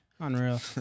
Unreal